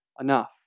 enough